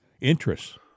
interests